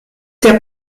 der